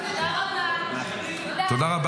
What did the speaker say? תודה רבה.